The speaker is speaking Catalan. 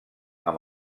amb